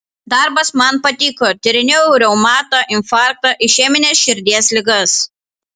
darbas man patiko tyrinėjau reumatą infarktą išemines širdies ligas